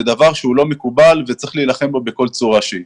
זה דבר שהוא לא מקובל וצריך להילחם בו בכל צורה שהיא.